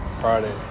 Friday